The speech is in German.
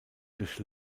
durch